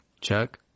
Chuck